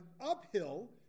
uphill